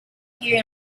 here